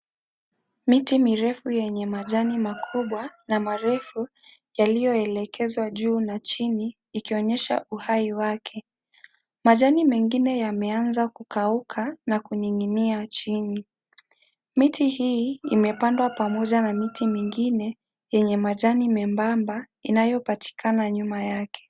Miti mirefu yenye majani makubwa na marefu yaliyoelegezwa juu na chini, ikionyesha uhai wake. Majani mengine yameanza kukauka na kuning'inia chini. Miti hii imepandwa pamoja na miti mingine yenye majani nyembamba inayopatikana nyuma yake.